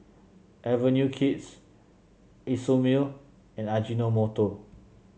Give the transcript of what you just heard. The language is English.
Avenue Kids Isomil and Ajinomoto